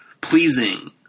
pleasing